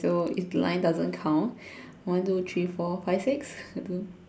so if the line doesn't count one two three four five six do